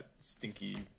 stinky